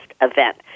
event